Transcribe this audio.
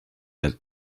that